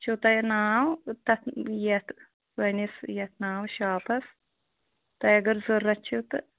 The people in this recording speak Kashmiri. چھُو تۄہہِ ناو تَتھ یَتھ سٲنِس یَتھ ناو شاپَس تۄہہِ اگر ضروٗرت چھُو تہٕ